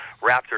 Raptor